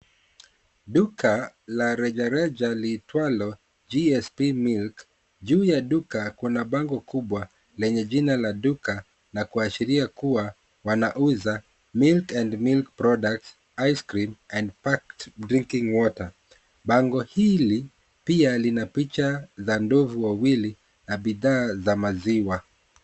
Duka, la rejareja, liitwalo GSP Milk, juu ya duka kuna bango kubwa lenye jina la duka na kuashiria kuwa wanauza milk and milk products, ice cream, and packed drinking water . Bango hili pia lina picha za ndovu wawili na bidhaa za maziwa.